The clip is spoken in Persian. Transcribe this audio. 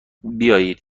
بیایید